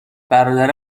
برادر